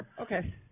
Okay